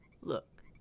Look